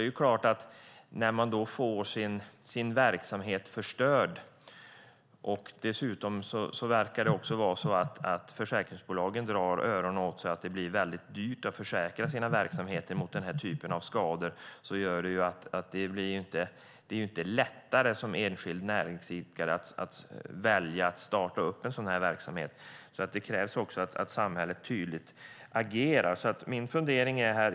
Riskerar man att få verksamheten förstörd och försäkringsbolagen dessutom drar öronen åt sig och det blir dyrt att försäkra verksamheten mot denna typ av skador blir det inte lättare att som enskild näringsidkare välja att starta upp en sådan här verksamhet. Det krävs därför att samhället tydligt agerar.